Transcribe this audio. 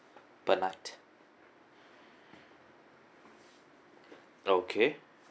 per night okay